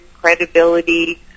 credibility